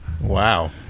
Wow